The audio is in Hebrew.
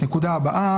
לגבי הנקודה הבאה,